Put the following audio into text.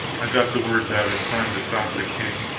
i got the words out in time to stop the king.